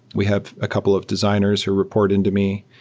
we have a couple of designers who report in to me.